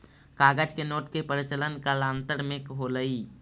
कागज के नोट के प्रचलन कालांतर में होलइ